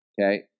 Okay